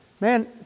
Man